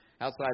...outside